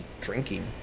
drinking